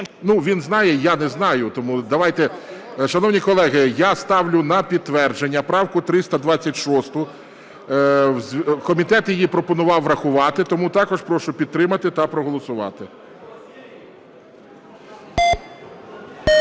Він знає, я не знаю, тому давайте… Шановні колеги, я ставлю на підтвердження правку 326, комітет її пропонував врахувати, тому також прошу підтримати та проголосувати.